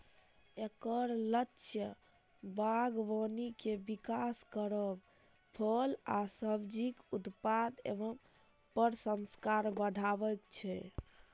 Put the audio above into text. एकर लक्ष्य बागबानी के विकास करब, फल आ सब्जीक उत्पादन आ प्रसंस्करण बढ़ायब छै